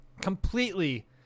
completely